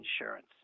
insurance